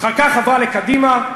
אחר כך עברה לקדימה,